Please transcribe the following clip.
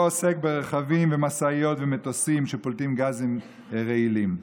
לא עוסק ברכבים ומשאיות ומטוסים שפולטים גזים רעילים.